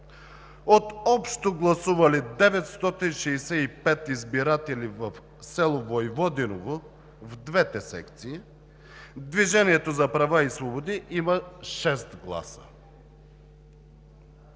от общо гласували 965 избиратели в село Войводиново в двете секции „Движението за права и свободи“ има шест гласа.